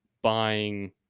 buying